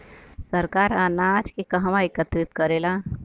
सरकार अनाज के कहवा एकत्रित करेला?